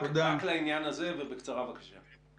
רק לעניין הזה ובקצרה, בבקשה.